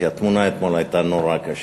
כי התמונה אתמול הייתה נורא קשה.